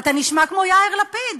אתה נשמע כמו יאיר לפיד,